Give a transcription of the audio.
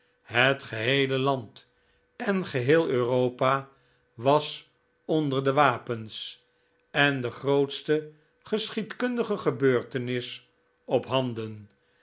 het geheele land en geheel europa was onder de wapens en de grootste geschiedkundige gebeurtenis op